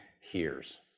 hears